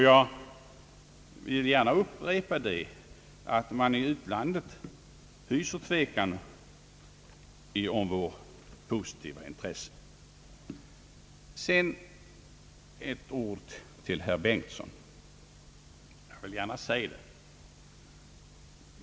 Jag vill återigen upprepa att man i utlandet hyser tvekan om vårt positiva intresse. Så ett ord till herr Bengtson!